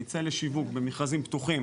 ייצא לשיווק במכרזים פתוחים